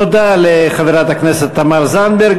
תודה לחברת הכנסת תמר זנדברג.